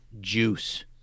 juice